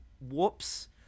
Whoops